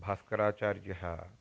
भास्कराचार्यः